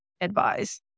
advise